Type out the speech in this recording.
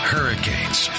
Hurricanes